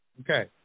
Okay